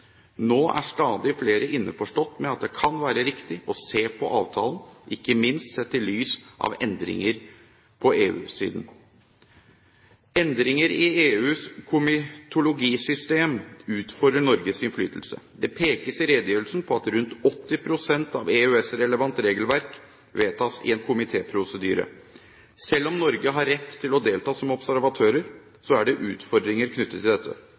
Nå er stadig flere innforstått med at det kan være riktig å se på avtalen, ikke minst sett i lys av endringer på EU-siden. Endringer i EUs komitologisystem utfordrer Norges innflytelse. Det pekes i redegjørelsen på at rundt 80 pst. av EØS-relevant regelverk vedtas i en komitéprosedyre. Selv om Norge har rett til å delta som observatører, er det utfordringer knyttet til dette.